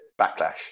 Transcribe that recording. Backlash